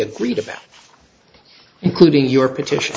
agreed about including your petition